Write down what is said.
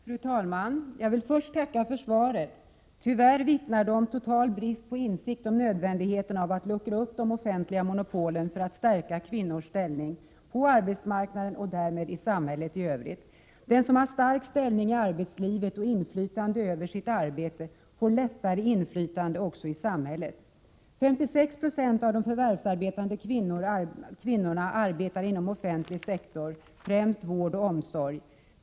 Fru talman! Jag vill först tacka för svaret. Tyvärr vittnar det om total brist på insikt om nödvändigheten av att luckra upp de offentliga monopolen för att stärka kvinnors ställning på arbetsmarknaden och därmed i samhället i övrigt. Den som har stark ställning i arbetslivet och inflytande över sitt arbete får lättare inflytande också i samhället. 56 90 av de förvärvsarbetande kvinnorna arbetar inom offentlig sektor, främst vård och omsorg.